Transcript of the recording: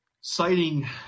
Citing